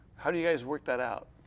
how do you guys work that out?